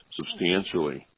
substantially